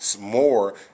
more